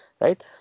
Right